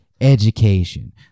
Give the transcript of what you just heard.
education